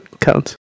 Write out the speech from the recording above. counts